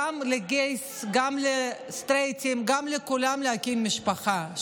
גם לגייז, גם לסטרייטים, גם לכולם, להקים משפחה.